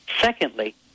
Secondly